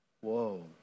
Whoa